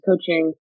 Coaching